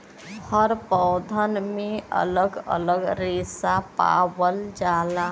हर पौधन में अलग अलग रेसा पावल जाला